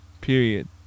Period